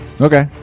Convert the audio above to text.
Okay